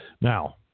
Now